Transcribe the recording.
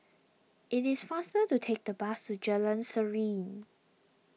it is faster to take the bus to Jalan Serene